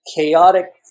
chaotic